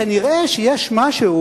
כנראה יש משהו